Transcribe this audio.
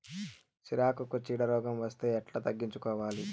సిరాకుకు చీడ రోగం వస్తే ఎట్లా తగ్గించుకోవాలి?